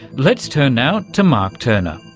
let's turn now to mark turner,